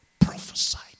prophesied